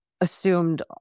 assumed